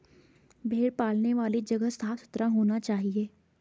भेड़ पालने वाली जगह साफ सुथरा होना चाहिए